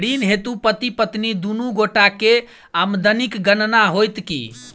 ऋण हेतु पति पत्नी दुनू गोटा केँ आमदनीक गणना होइत की?